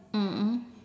mm mm